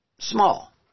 small